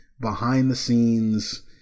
behind-the-scenes